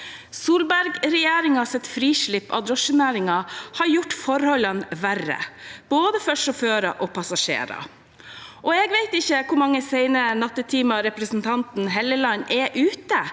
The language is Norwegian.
Solberg-regjeringens frislipp innen drosjenæringen har gjort forholdene verre for både sjåfører og passasjerer. Jeg vet ikke hvor mange sene nattetimer representanten Helleland er ute,